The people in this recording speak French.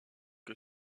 que